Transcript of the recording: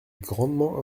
grandement